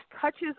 touches